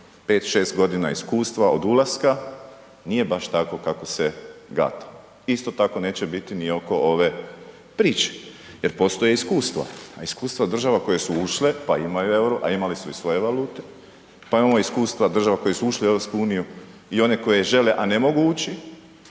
5,6 godina iskustva od ulaska, nije baš tako kako se gatalo. Isto tako neće biti ni oko ove priče jer postoje iskustva a iskustva država koje su ušle pa imaju euro a imali su i svoje valute. Pa imamo iskustva država koje su ušle u EU i one koje žele a ne mogu ući.